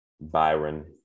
Byron